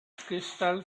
crystal